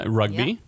rugby